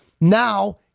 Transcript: now